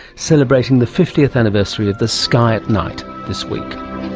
celebrating the fiftieth anniversary of the sky at night this week.